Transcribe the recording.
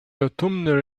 autumnal